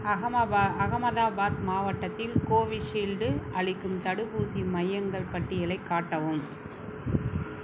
அஹமபா அஹமதாபாத் மாவட்டத்தில் கோவிஷீல்டு அளிக்கும் தடுப்பூசி மையங்கள் பட்டியலைக் காட்டவும்